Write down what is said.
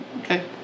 Okay